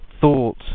thought